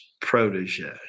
protege